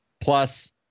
plus